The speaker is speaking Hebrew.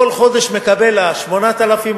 כל חודש מקבל ה-8,000,